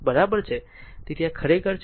તેથી આ ખરેખર છે